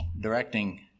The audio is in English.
directing